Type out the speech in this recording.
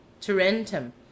Tarentum